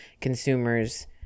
consumers